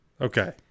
Okay